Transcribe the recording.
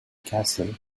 castle